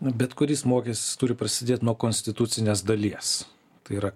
bet kuris mokestis turi prasidėt nuo konstitucinės dalies tai yra